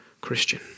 Christian